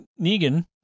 Negan